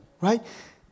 right